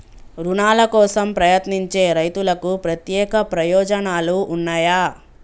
రుణాల కోసం ప్రయత్నించే రైతులకు ప్రత్యేక ప్రయోజనాలు ఉన్నయా?